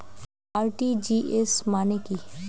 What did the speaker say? RTGS মানে কি?